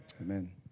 Amen